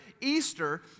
Easter